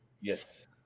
Yes